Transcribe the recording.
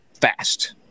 fast